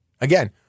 again